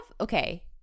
okay